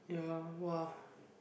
ya !wow!